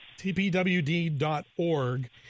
TPWD.org